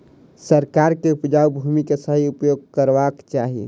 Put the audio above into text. सरकार के उपजाऊ भूमि के सही उपयोग करवाक चाही